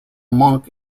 monk